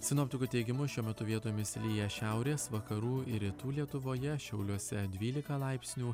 sinoptikų teigimu šiuo metu vietomis lyja šiaurės vakarų ir rytų lietuvoje šiauliuose dvylika laipsnių